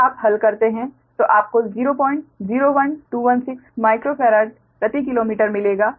अगर आप हल करते हैं तो आपको 001216 माइक्रो फेराड प्रति किलोमीटर मिलेगा